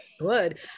good